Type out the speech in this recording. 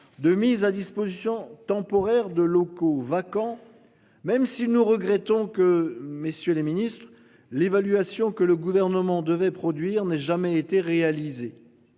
de mise à disposition temporaire de locaux vacants. Même si nous regrettons que messieurs les Ministres l'évaluation que le gouvernement devait produire n'ait jamais été réalisé.